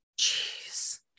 jeez